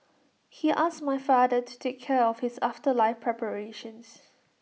he asked my father to take care of his afterlife preparations